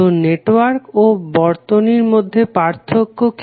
তো নেটওয়ার্ক ও বর্তনীর মধ্যে পার্থক্য কি